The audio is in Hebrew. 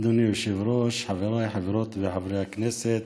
אדוני היושב-ראש, חבריי חברות וחברי הכנסת,